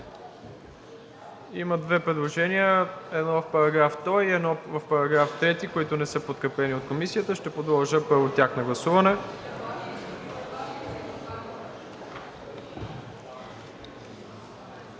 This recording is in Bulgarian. Има две предложения – едно в § 2 и едно в § 3, които не са подкрепени от Комисията. Ще подложа първо тях на гласуване.